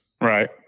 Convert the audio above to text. Right